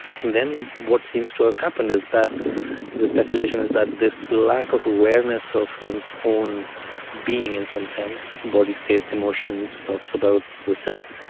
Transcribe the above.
and then what seems to have happened is that the speculation is that this lack of awareness of one's own being in some sense, body states, emotions, thoughts about the self,